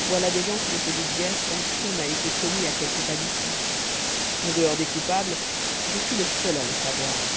voilà des gens qui ne se doutent guère qu'un crime a été commis à quelques pas d'ici en dehors des coupables je suis le seul à le savoir